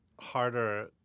harder